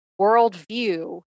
worldview